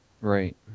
Right